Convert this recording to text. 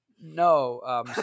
No